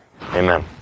amen